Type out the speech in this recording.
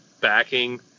backing